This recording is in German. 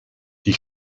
die